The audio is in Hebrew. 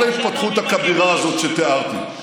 כל ההתפתחות הכבירה הזאת שתיארתי,